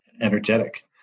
energetic